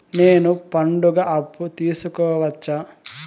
నేను పండుగ అప్పు తీసుకోవచ్చా?